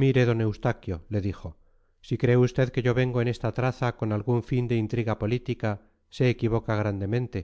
mire d eustaquio le dijo si cree usted que yo vengo en esta traza con algún fin de intriga política se equivoca grandemente